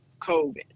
COVID